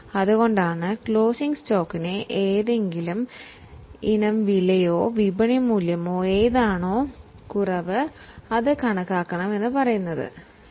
അതുകൊണ്ടാണ് സ്റ്റോക്കിന്റെ വില അല്ലെങ്കിൽ മാർക്കറ്റ് വാല്യൂ ഇവയിൽ ഏതാണോ കുറവ് അതാണ് വിലമതിക്കേണ്ടത്